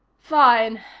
fine,